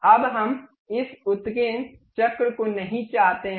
अब हम इस उत्कीर्ण चक्र को नहीं चाहते हैं